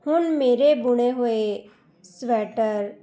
ਹੁਣ ਮੇਰੇ ਬੁਣੇ ਹੋਏ ਸਵੈਟਰ